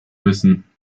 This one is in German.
müssen